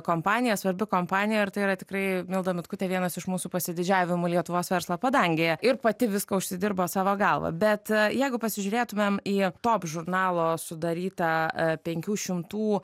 kompanija svarbi kompanija ir tai yra tikrai milda mitkutė vienas iš mūsų pasididžiavimų lietuvos verslo padangėje ir pati viską užsidirba savo galva bet jeigu pasižiūrėtumėm į top žurnalo sudarytą penkių šimtų